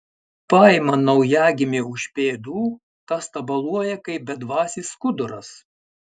paima naujagimį už pėdų tas tabaluoja kaip bedvasis skuduras